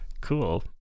Cool